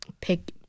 pick